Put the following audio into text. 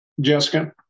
Jessica